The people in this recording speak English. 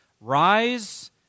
rise